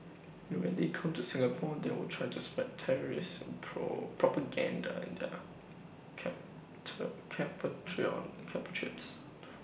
and when they come to Singapore they will try to spread terrorist pro propaganda to their compatriots